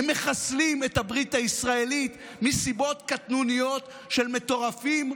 הם מחסלים את הברית הישראלית מסיבות קטנוניות של מטורפים,